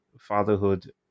fatherhood